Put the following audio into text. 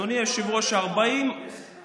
יש להם עוד הרבה זמן.